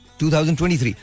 2023